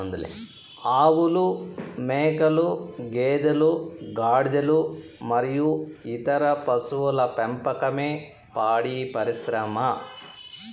ఆవులు, మేకలు, గేదెలు, గాడిదలు మరియు ఇతర పశువుల పెంపకమే పాడి పరిశ్రమ